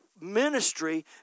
ministry